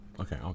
Okay